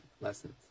lessons